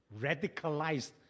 radicalized